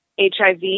HIV